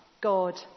God